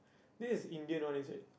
this is Indian one is it